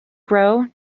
grow